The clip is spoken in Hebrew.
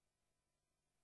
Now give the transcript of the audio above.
סדר-היום.